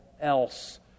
else